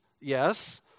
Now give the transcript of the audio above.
yes